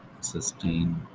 sustain